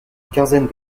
quinzaine